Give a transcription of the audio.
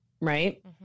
Right